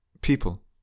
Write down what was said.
people